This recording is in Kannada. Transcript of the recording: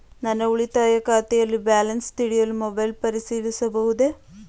ನನ್ನ ಉಳಿತಾಯ ಖಾತೆಯಲ್ಲಿ ಬ್ಯಾಲೆನ್ಸ ತಿಳಿಯಲು ಮೊಬೈಲ್ ಪರಿಶೀಲಿಸಬಹುದೇ?